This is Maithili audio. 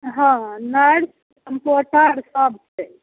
हँ नर्स कम्पाउण्डर सब छै